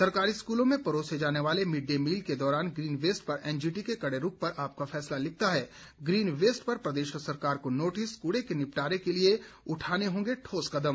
सरकारी स्कूलों में परोसे जाने वाले मिड डे मील के दौरान ग्रीन वेस्ट पर एनजीटी के कड़े रूख पर आपका फैसला लिखता है ग्रीन वेस्ट पर प्रदेश सरकार को नोटिस कूड़े को निपटारे के लिए उठाने होंगे ठोस कदम